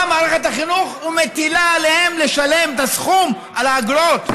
באה מערכת החינוך ומטילה עליהם לשלם את הסכום של האגרות.